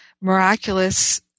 miraculous